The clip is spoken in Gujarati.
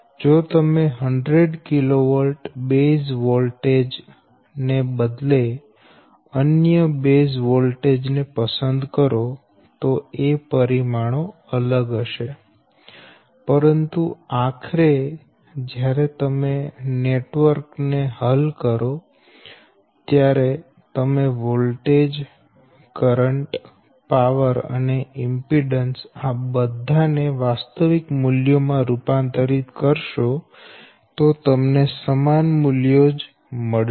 જો તમે 100 kV બેઝ વોલ્ટેજ ને બદલે અન્ય બેઝ વોલ્ટેજ ને પસંદ કરો તો એ પરિમાણો અલગ હશે પરંતુ આખરે જ્યારે તમે નેટવર્ક ને હલ કરો અને તમે વોલ્ટેજ કરંટ પાવર અને ઈમ્પીડેન્સ આ બધા ને વાસ્તવિક મૂલ્યો માં રૂપાંતરિત કરશો તો તમને સમાન મૂલ્યો જ મળશે